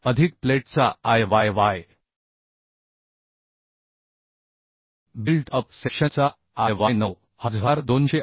अधिक प्लेटचा Iyy built up सेक्शनचा Iy 9211